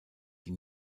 die